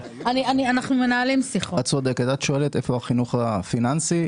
את שואלת איפה החינוך הפיננסי,